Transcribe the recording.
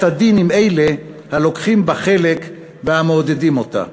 הדין עם אלה הלוקחים בה חלק והמעודדים אותה.